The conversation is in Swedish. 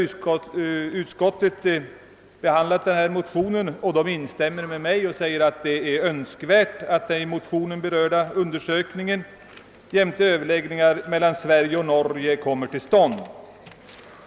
Denna motion har behandlats av utskottet, som instämmer med mig och skriver att det är »önskvärt att den i motionen berörda undersökningen jämte överläggningar mellan Sverige och Norge kommer till stånd».